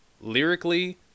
Lyrically